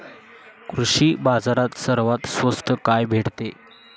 कृषी बाजारात सर्वात स्वस्त काय भेटते?